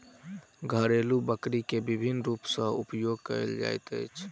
घरेलु बकरी के विभिन्न रूप सॅ उपयोग कयल जाइत अछि